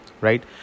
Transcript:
right